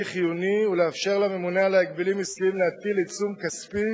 חיוני ולאפשר לממונה על ההגבלים העסקיים להטיל עיצום כספי